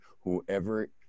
whoever